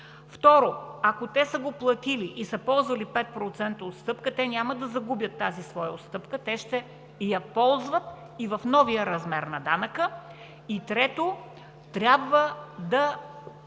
Второ, ако са го платили и са ползвали 5% отстъпка, те няма да загубят своята отстъпка – ще я ползват и в новия размер на данъка. И трето, трябва да